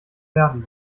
werden